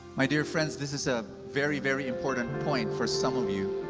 my dear friends, this is a very very important point for some of you.